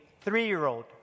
three-year-old